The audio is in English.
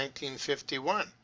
1951